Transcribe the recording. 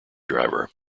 driver